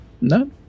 No